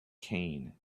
cane